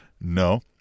no